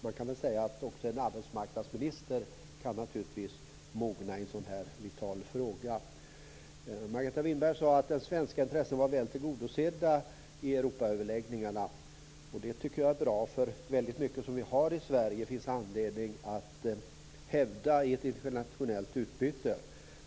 Man kan väl säga att också en arbetsmarknadsminister naturligtvis kan mogna i en sådan här vital fråga. Margareta Winberg sade att svenska intressen var väl tillgodosedda i Europaöverläggningarna. Det tycker jag är bra. Väldigt mycket som vi har i Sverige finns det anledning att hävda i ett internationellt utbyte.